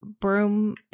broom